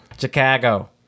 Chicago